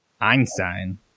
Einstein